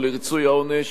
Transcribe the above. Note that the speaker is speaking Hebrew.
או לריצוי העונש,